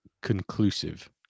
conclusive